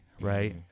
right